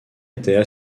étaient